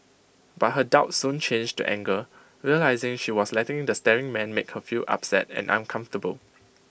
but her doubt soon changed to anger realising she was letting the staring man make her feel upset and uncomfortable